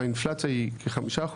האינפלציה היא כ-5%,